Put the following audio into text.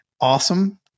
Awesome